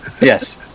Yes